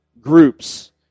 groups